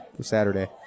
Saturday